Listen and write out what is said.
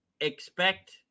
expect –